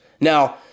Now